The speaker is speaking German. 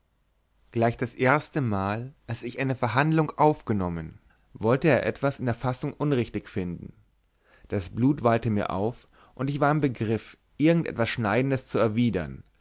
gleich das erstemal als ich eine verhandlung aufgenommen wollte er etwas in der fassung unrichtig finden das blut wallte mir auf und ich war im begriff irgend etwas schneidendes zu erwidern